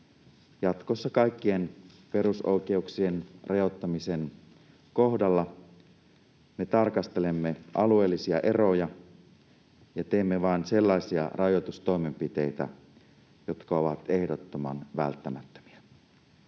jatkossa kaikkien perusoikeuksien rajoittamisen kohdalla me tarkastelemme alueellisia eroja ja teemme vain sellaisia rajoitustoimenpiteitä, jotka ovat ehdottoman välttämättömiä.